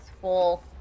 full